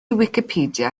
wicipedia